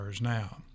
now